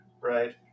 right